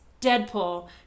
Deadpool